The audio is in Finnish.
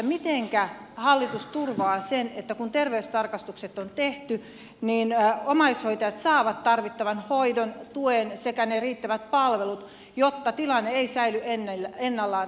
mitenkä hallitus turvaa sen että kun terveystarkastukset on tehty niin omaishoitajat saavat tarvittavan hoidon ja tuen sekä ne riittävät palvelut jotta tilanne ei säily ennallaan